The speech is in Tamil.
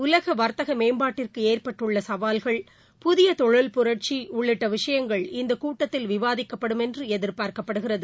உலக வர்த்தக மேம்பாட்டிற்கு ஏற்பட்டுள்ள சவால்கள் புதிய தொழில் புரட்சி உள்ளிட்ட விஷயங்கள் இந்த தகூட்டத்தில் விவாதிக்கப்படும் என்று எதிர்பார்க்கப்படுகிறது